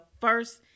first